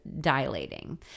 dilating